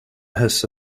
hesse